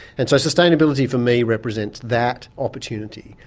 and so sustainability for me represents that opportunity,